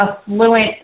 affluent